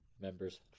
members